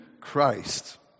Christ